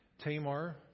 Tamar